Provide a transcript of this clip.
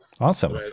Awesome